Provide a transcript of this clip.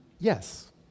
Yes